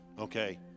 Okay